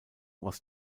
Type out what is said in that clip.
was